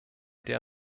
der